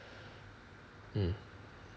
mm